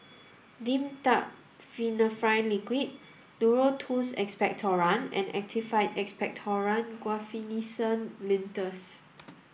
Dimetapp Phenylephrine Liquid Duro Tuss Expectorant and Actified Expectorant Guaiphenesin Linctus